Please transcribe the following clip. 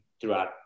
throughout